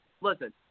Listen